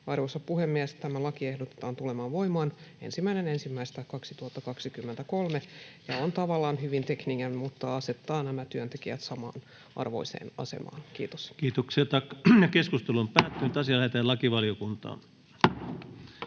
Arvoisa puhemies! Tämä laki ehdotetaan tulemaan voimaan 1.1.2023 ja on tavallaan hyvin tekninen mutta asettaa nämä työntekijät samanarvoiseen asemaan. — Kiitos. [Speech 126] Speaker: Ensimmäinen varapuhemies